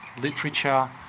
literature